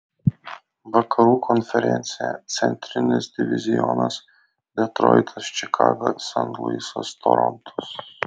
vakarų konferencija centrinis divizionas detroitas čikaga sent luisas torontas